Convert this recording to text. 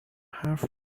حرف